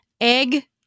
Egg